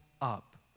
up